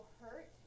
hurt